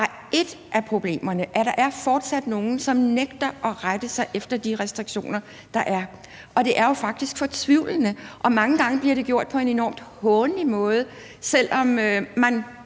ét af problemerne, at der fortsat er nogle, som nægter at rette sig efter de restriktioner, der er, og det er jo faktisk fortvivlende, og mange gange bliver det gjort på en enormt hånlig måde, selv om man